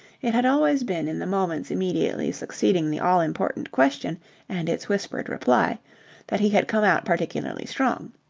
it had always been in the moments immediately succeeding the all-important question and its whispered reply that he had come out particularly strong.